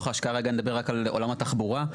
נדבר רק על עולם התחבורה,